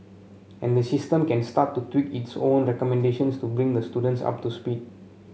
and the system can start to tweak its own recommendations to bring the students up to speed